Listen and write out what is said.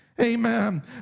Amen